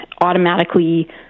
automatically